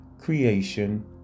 creation